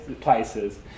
places